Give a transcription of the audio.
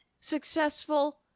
successful